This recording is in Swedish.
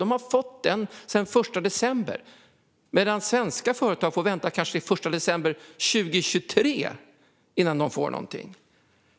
De har fått den sedan den 1 december, medan svenska företag kanske får vänta till den 1 december 2023 innan de får någonting.